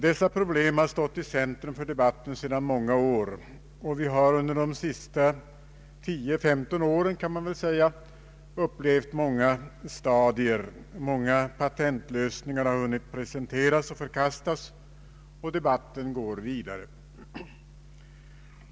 Dessa problem har stått i centrum för debatten sedan många år, och vi har under de senaste 10 till 15 åren upplevt många stadier, många patentlösningar har hunnit presenteras och förkastas, och debatten går vidare.